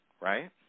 right